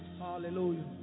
Hallelujah